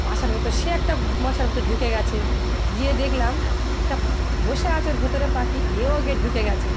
বাসার ভেতর সে একটা বাসার ভেতর ঢুকে গেছে গিয়ে দেখলাম একটা বসে আছে ওর ভেতরে পাখি এই গিয়ে ঢুকে গেছে